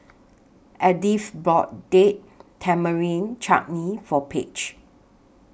Edyth bought Date Tamarind Chutney For Page